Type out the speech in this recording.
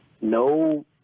no